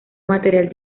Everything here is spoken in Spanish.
material